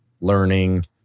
learning